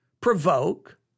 provoke